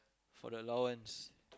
for the allowance